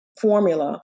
formula